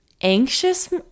anxious